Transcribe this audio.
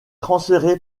transféré